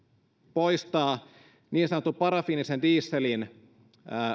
poistaa niin sanotun parafiinisen dieselin